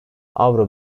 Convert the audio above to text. avro